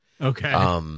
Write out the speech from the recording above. Okay